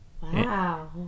Wow